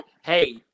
Hey